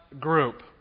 group